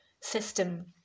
system